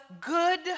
good